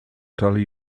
tully